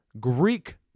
Greek